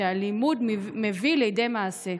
שהתלמוד מביא לידי מעשה".